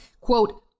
quote